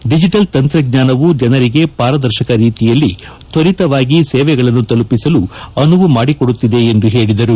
digital ತಂತ್ರಜ್ಞಾನವು ಜನರಿಗೆ ಪಾರದರ್ಶಕ ರೀತಿಯಲ್ಲಿ ತ್ತರಿತವಾಗಿ ಸೇವೆಗಳನ್ನು ತಲುಪಿಸಲು ಅನುವು ಮಾಡಿಕೊಡುತ್ತಿದೆ ಎಂದು ಹೇಳದರು